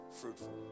fruitful